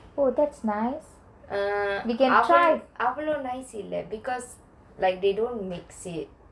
oh that's nice we can try